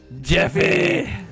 Jeffy